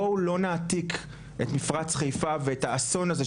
בואו לא נעתיק את מפרץ חיפה ואת האסון הזה,